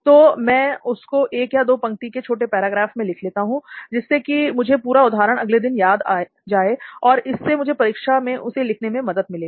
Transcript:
तो मैं उसको एक या दो पंक्ति के छोटे पैराग्राफ में लिख लेता हूं जिससे कि मुझे पूरा उदाहरण अगले दिन याद आ जाए और इससे मुझे परीक्षा में उसे लिखने में मदद मिलती है